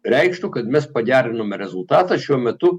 reikštų kad mes pagerinome rezultatą šiuo metu